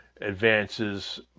advances